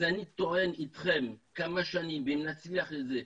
אז אני טוען איתכם כמה שנים ואם נצליח בזה,